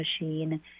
machine